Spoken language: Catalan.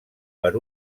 per